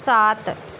सात